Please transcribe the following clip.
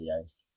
videos